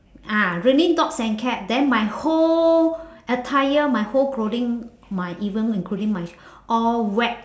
ah raining dogs and cat then my whole attire my whole clothing my even including my s~ all wet